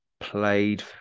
played